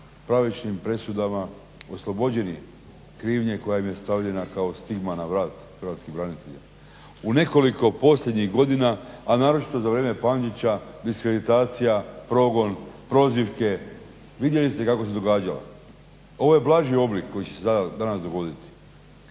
pravičnim presudama oslobođeni krivnje koja im je stavljena kao stigma na vrat hrvatskih branitelja. U nekoliko posljednjih godina a naročito za vrijeme Pančića diskreditacija, progon, prozivke vidjeli ste kako se događalo. Ovo je blaži oblik koji će se danas dogoditi.